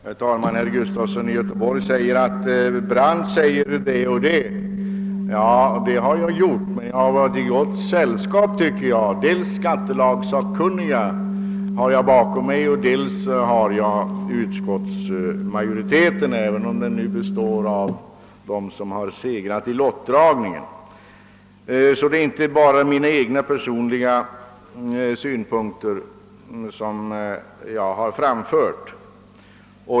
Herr talman! Det är inte bara mina personliga synpunkter jag framfört, herr Gustafson i Göteborg — jag är i gott sällskap. Jag har bakom mig dels skattelagssakkunniga, dels utskottsmajoriteten, även om den nu består av dem som segrat i lottdragningen.